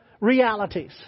realities